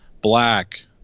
black